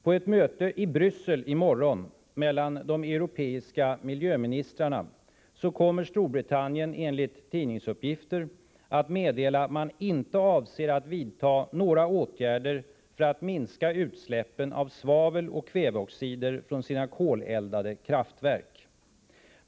På ett möte i Bryssel i morgon mellan de europeiska miljöministrarna kommer Storbritannien enligt tidningsuppgifter att meddela att man inte avser att vidta några åtgärder för att minska utsläppen av svavel och kväveoxider från sina koleldade kraftverk.